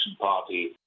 party